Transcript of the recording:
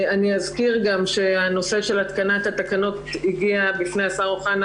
אני אזכיר גם שהנושא של התקנת התקנות הגיע בפני השר אוחנה,